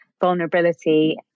vulnerability